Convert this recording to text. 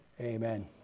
amen